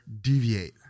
deviate